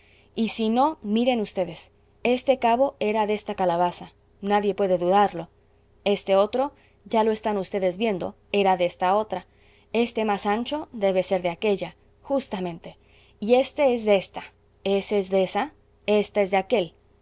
y si no miren vds este cabo era de esta calabaza nadie puede dudarlo este otro ya lo están vds viendo era de esta otra este más ancho debe de ser de aquélla justamente y éste es de ésta ése es de ésa ésta es de aquél